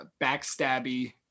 backstabby